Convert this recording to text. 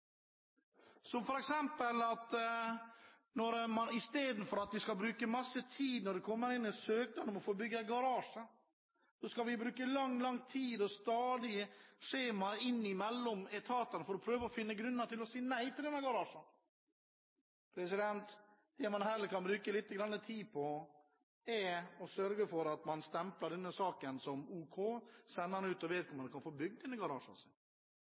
bruke masse tid når det kommer inn en søknad om å få bygge en garasje – bruke lang, lang tid med stadige skjemaer mellom etatene for å prøve å finne grunner til å si nei til denne garasjen – heller bruker litt tid på å sørge for å stemple denne saken som OK, og sender den ut så vedkommende kan få bygd denne